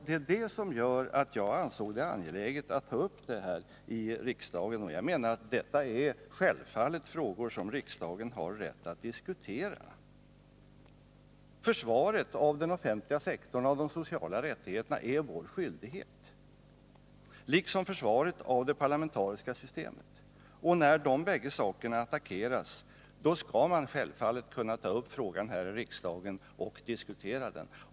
Det är det som gör att jag ansåg det angeläget att ta upp denna fråga i riksdagen. Jag menar att detta självfallet är frågor som riksdagen har rätt att diskutera. Det är vår skyldighet att försvara den offentliga sektorn och de sociala rättigheterna, på samma sätt som vi försvarar det parlamentariska systemet. När de bägge sakerna attackeras skall vi självfallet kunna ta upp frågan här i riksdagen och diskutera den.